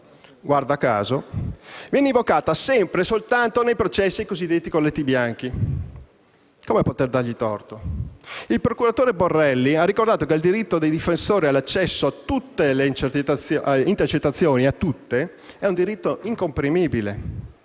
«Guarda caso, viene invocata sempre e soltanto nei processi ai cosiddetti colletti bianchi». Come dargli torto? Il procuratore Borrelli ha ricordato che il diritto dei difensori all'accesso a tutte le intercettazioni è incomprimibile.